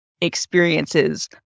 experiences